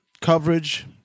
coverage